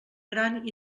gran